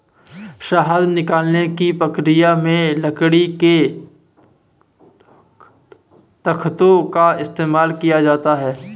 शहद निकालने की प्रक्रिया में लकड़ी के तख्तों का इस्तेमाल किया जाता है